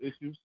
issues